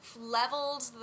leveled